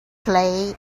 play